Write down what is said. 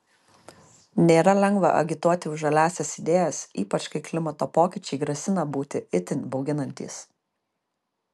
nėra lengva agituoti už žaliąsias idėjas ypač kai klimato pokyčiai grasina būti itin bauginantys